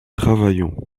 travaillons